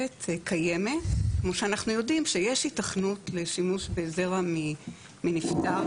קיימת כמו שאנחנו יודעים שיש היתכנות לשימוש בזרע מנפטר,